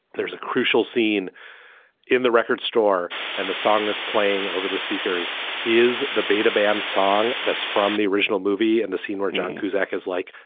there's a crucial scene in the record store and the song that's playing over the speakers is the beat a bad song. that's from the original movie and the scene where john cusack is like,